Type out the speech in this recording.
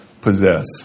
possess